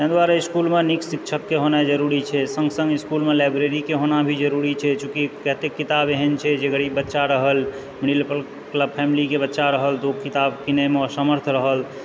ताहि दुआरे इसकुलमे नीक शिक्षकके होनाइ जरुरी छै सङ्ग सङ्ग इसकुलमे लाइब्रेरीके होना भी जरुरी छै चुँकि कतेक किताब एहन छै जे अगर ई बच्चा रहल फैमिलीके बच्चा रहल तऽ ओ किताब कीनैमे असमर्थ रहल